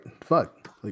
fuck